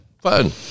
fun